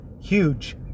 huge